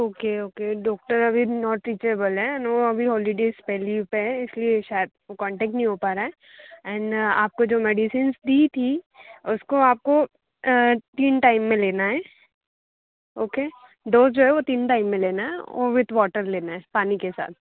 okay okay doctor अभी not reachable हैं no अभी हॉलीडेज़ पर लीव पर हैं इस लिए शायद कॉन्टैक्ट नहीं हो पा रहा है एन आपको जो मेडिसिन्स दी थी उसको आपको तीन टाइम में लेना है ओके डोज़ जो है वो तीन टाइम में लेना है और विद वॉटर लेना है पानी के साथ